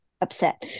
upset